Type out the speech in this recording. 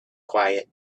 quiet